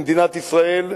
למדינת ישראל,